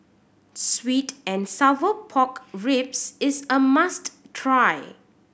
sweet and sour pork ribs is a must try